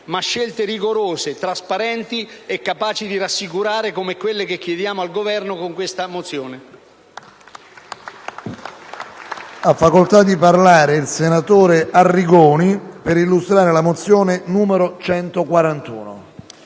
ma scelte rigorose trasparenti e capaci di rassicurare, come quelle che chiediamo al Governo con questa mozione.